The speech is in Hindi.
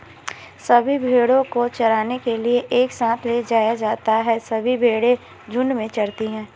सभी भेड़ों को चराने के लिए एक साथ ले जाया जाता है सभी भेड़ें झुंड में चरती है